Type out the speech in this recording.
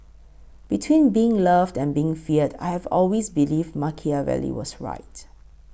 between being loved and being feared I have always believed Machiavelli was right